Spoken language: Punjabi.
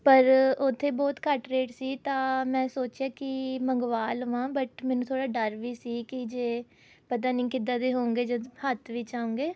ਪਰ ਉੱਥੇ ਬਹੁਤ ਘੱਟ ਰੇਟ ਸੀ ਤਾਂ ਮੈਂ ਸੋਚਿਆ ਕਿ ਮੰਗਵਾ ਲਵਾਂ ਬਟ ਮੈਨੂੰ ਥੋੜ੍ਹਾ ਡਰ ਵੀ ਸੀ ਕਿ ਜੇ ਪਤਾ ਦੀ ਕਿੱਦਾਂ ਦੇ ਹੋਊਂਗੇ ਜਦ ਹੱਥ ਵਿੱਚ ਆਊਂਗੇ